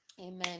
amen